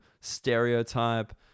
stereotype